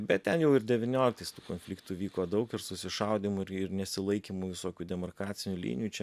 bet ten jau ir devynioliktais tų konfliktų vyko daug ir susišaudymų nesilaikymų visokių demarkacinių linijų čia